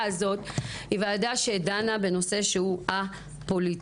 הזאת היא ועדה שדנה בנושא שהוא א-פוליטי.